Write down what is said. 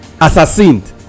assassined